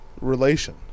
relation